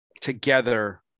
together